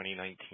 2019